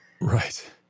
right